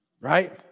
right